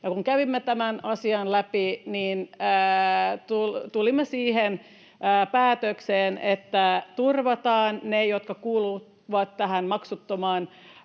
kun kävimme tämän asian läpi, tulimme siihen päätökseen, että turvataan ne, jotka kuuluvat maksuttoman